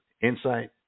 insight